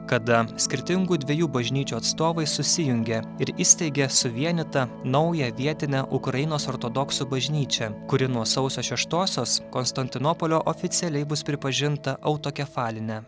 kada skirtingų dviejų bažnyčių atstovai susijungė ir įsteigė suvienytą naują vietinę ukrainos ortodoksų bažnyčią kuri nuo sausio šeštosios konstantinopolio oficialiai bus pripažinta autokefaline